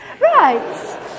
Right